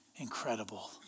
incredible